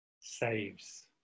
saves